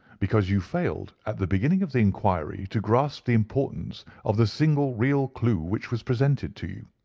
because you failed at the beginning of the inquiry to grasp the importance of the single real clue which was presented to you.